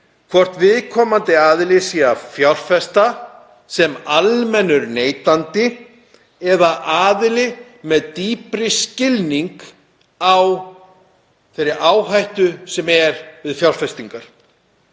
hvort viðkomandi aðili sé að fjárfesta sem almennur neytandi eða aðili með dýpri skilning á þeirri áhættu sem er við fjárfestingar.